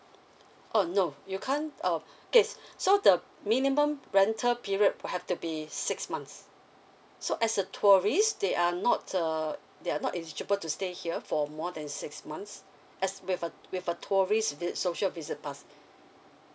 oh no you can't uh K so the minimum rental period have to be six months so as a tourist they are not uh they're not eligible to stay here for more than six months as with a with a tourist social visit pass